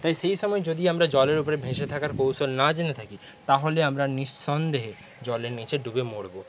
তাই সেই সময় যদি আমরা জলের উপরে ভেসে থাকার কৌশল না জেনে থাকি তাহলে আমরা নিঃসন্দেহে জলের নীচে ডুবে মরব